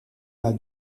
mal